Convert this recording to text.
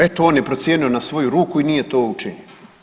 Eto, on je procijenio na svoju ruku i nije to učinio.